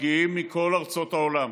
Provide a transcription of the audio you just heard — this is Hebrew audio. מגיעים מכל ארצות העולם,